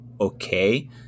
okay